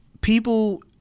people